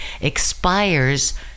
expires